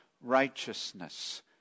righteousness